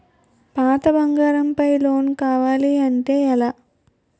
పాత బంగారం పై లోన్ కావాలి అంటే ఎలా?